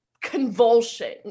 convulsion